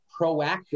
proactive